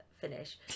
finish